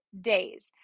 days